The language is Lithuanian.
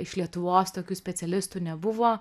iš lietuvos tokių specialistų nebuvo